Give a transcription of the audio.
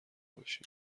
باشیم